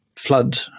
flood